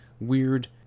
weird